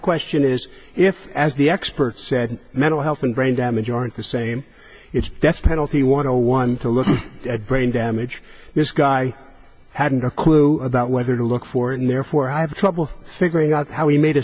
question is if as the experts say mental health and brain damage aren't the same it's death penalty one hundred one to look at brain damage this guy hadn't a clue about whether to look for it and therefore have trouble figuring out how he made a